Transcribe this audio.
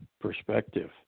perspective